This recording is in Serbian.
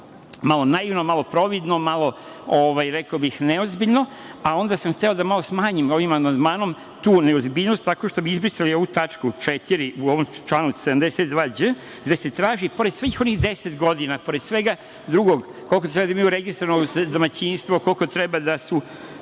malo naivno, malo providno, rekao bih malo neozbiljno, a onda sam hteo da malo ovim amandmanom smanjim tu neozbiljnost tako što bi izbrisali ovu tačku 4. u ovom članu 72đ gde se traži pored svih onih 10 godina, pored svega drugog koliko trebaju da imaju registrovano domaćinstvo, koliko treba da su